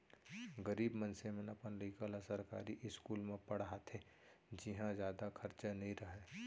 गरीब मनसे मन अपन लइका ल सरकारी इस्कूल म पड़हाथे जिंहा जादा खरचा नइ रहय